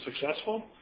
successful